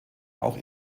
auch